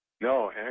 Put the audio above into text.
No